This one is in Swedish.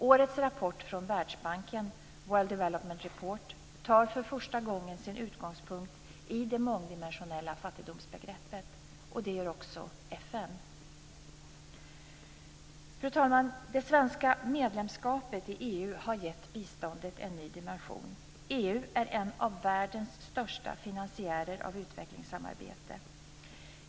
Årets rapport från Världsbanken, World Development Report, tar för första gången sin utgångspunkt i det mångdimensionella fattigdomsbegreppet. Det gör också FN. Fru talman! Det svenska medlemskapet i EU har givit biståndet en ny dimension. EU är en av världens största finansiärer av utvecklingssamarbete.